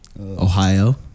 Ohio